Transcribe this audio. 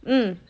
mm